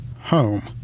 home